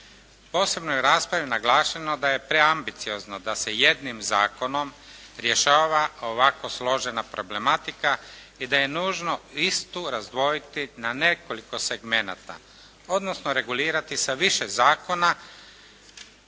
Posebno je u raspravi naglašeno da je preambiciozno da se jednim zakonom rješava ovako složena problematika i da je nužno istu razdvojiti na nekoliko segmenata, odnosno regulirati sa više zakona